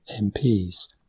MPs